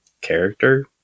character